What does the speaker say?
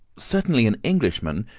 certainly an englishman,